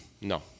No